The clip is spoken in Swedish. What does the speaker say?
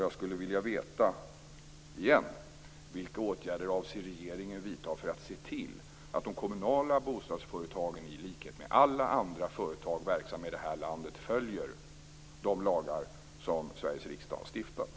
Jag skulle återigen vilja veta vilka åtgärder regeringen avser vidta för att se till att de kommunala bostadsföretagen i likhet med alla andra företag verksamma i detta land följer de lagar som Sveriges riksdag har stiftat.